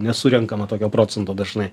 nesurenkama tokio procento dažnai